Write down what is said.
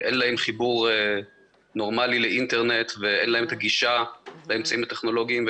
שאין להן חיבור נורמלי לאינטרנט ואין להן הגישה והאמצעים הטכנולוגיים,